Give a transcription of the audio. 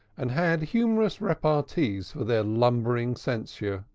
and had humorous repartees for their lumbering censure.